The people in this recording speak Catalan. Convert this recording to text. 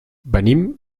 venim